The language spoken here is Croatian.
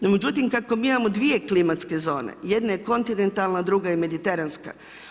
No, međutim, kako mi imamo 2 klimatske zone, jedna je kontinentalna, druga je mediteranska.